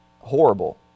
horrible